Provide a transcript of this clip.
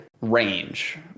range